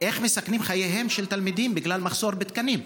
איך מסכנים את חייהם של תלמידים בגלל מחסור בתקנים?